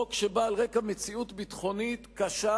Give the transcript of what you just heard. חוק שבא על רקע מציאות ביטחונית קשה